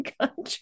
country